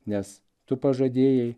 nes tu pažadėjai